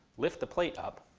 lift the plate up,